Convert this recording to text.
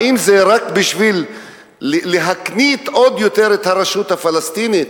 האם זה רק בשביל להקניט עוד יותר את הרשות הפלסטינית?